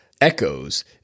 echoes